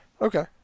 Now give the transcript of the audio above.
Okay